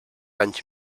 anys